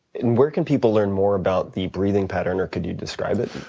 and where can people learn more about the breathing pattern? or could you describe it